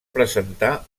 presentar